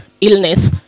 illness